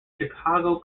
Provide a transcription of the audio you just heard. chicago